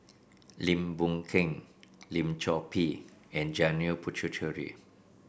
Lim Boon Keng Lim Chor Pee and Janil Puthucheary